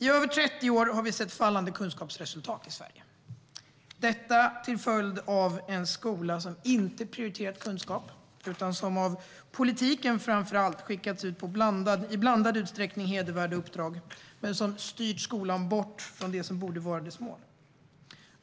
I över 30 år har vi sett fallande kunskapsresultat i Sverige, detta till följd av en skola som inte prioriterat kunskap utan som framför allt av politiken skickats ut på, i blandad utsträckning, hedervärda uppdrag som styrt skolan bort från det som borde vara dess mål.